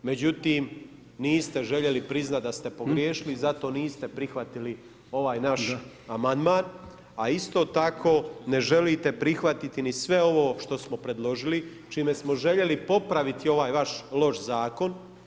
Međutim, niste željeli priznati da ste pogriješili i zato niste prihvatili ovaj naš amandman, a isto tako ne želite prihvatiti ni sve ovo što smo predložili, čime smo željeli popraviti ovaj vaš loš Zakon.